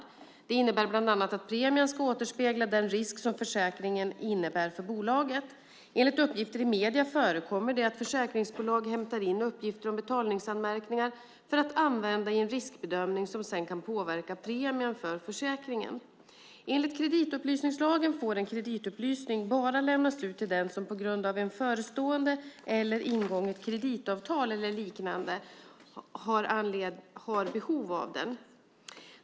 Detta innebär bland annat att premien ska återspegla den risk som försäkringen innebär för bolaget. Enligt uppgifter i medierna förekommer det att försäkringsbolag hämtar in uppgifter om betalningsanmärkningar för att använda i en riskbedömning som sedan kan påverka premien för försäkringen. Enligt kreditupplysningslagen får en kreditupplysning bara lämnas ut till den som på grund av förestående eller ingånget kreditavtal eller liknande har behov av den.